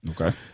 Okay